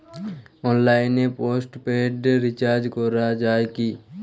অনলাইনে postpaid recharge করা যায় কি?